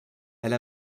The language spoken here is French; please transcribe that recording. elle